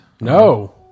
No